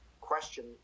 question